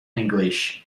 english